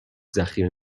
ذخیره